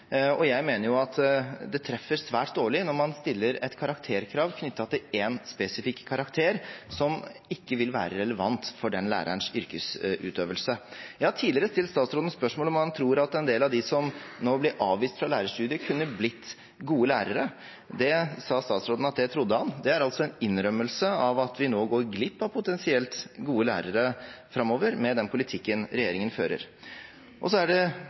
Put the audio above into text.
Jeg mener det treffer svært dårlig når man stiller et karakterkrav knyttet til én spesifikk karakter som ikke vil være relevant for den lærerens yrkesutøvelse. Jeg har tidligere stilt statsråden spørsmål om han tror at en del av dem som nå blir avvist fra lærerstudiet, kunne blitt gode lærere. Det sa statsråden at han trodde. Det er altså en innrømmelse av at vi nå går glipp av potensielt gode lærere framover med den politikken regjeringen fører. Så er det